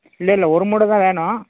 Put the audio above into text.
இல்லல்ல ஒரு மூடை தான் வேணும்